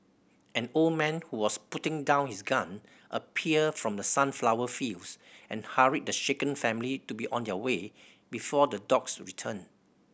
an old man who was putting down his gun appeared from the sunflower fields and hurried the shaken family to be on their way before the dogs return